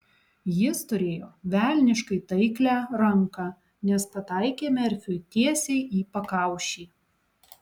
jis turėjo velniškai taiklią ranką nes pataikė merfiui tiesiai į pakaušį